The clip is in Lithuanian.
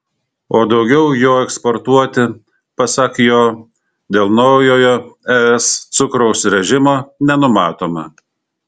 o daugiau jo eksportuoti pasak jo dėl naujojo es cukraus režimo nenumatoma